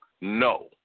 No